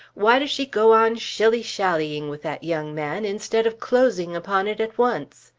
why does she go on shilly-shallying with that young man, instead of closing upon it at once?